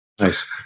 Nice